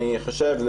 אני חושב,